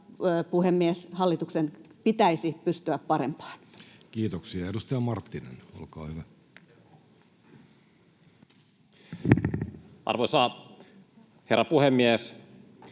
puhemies, hallituksen pitäisi pystyä parempaan. Kiitoksia. — Edustaja Marttinen, olkaa hyvä. Arvoisa herra puhemies!